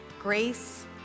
grace